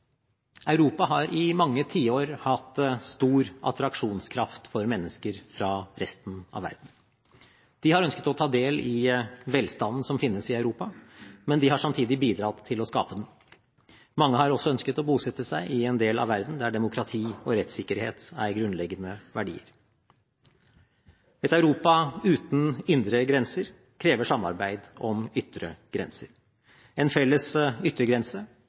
Europa har i mange tiår hatt stor attraksjonskraft for mennesker fra resten av verden. De har ønsket å ta del i velstanden som finnes i Europa, men de har samtidig bidratt til å skape den. Mange har også ønsket å bosette seg i en del av verden der demokrati og rettssikkerhet er grunnleggende verdier. Et Europa uten indre grenser krever samarbeid om ytre grenser. En felles yttergrense